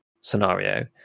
scenario